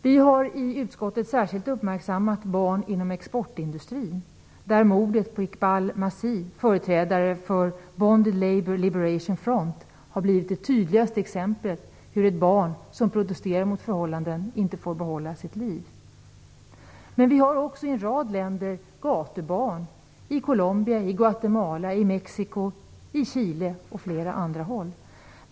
Vi har i utskottet särskilt uppmärksammat barn inom exportindustrin. Där har mordet på Iqbal Masih, företrädare för Bonded Labour Liberation Front, blivit det tydligaste exemplet på hur ett barn som protesterar mot förhållanden inte får behålla sitt liv. Men det finns också gatubarn i en rad länder. De finns i Colombia, Guatemala, Mexico, Chile och på flera andra håll.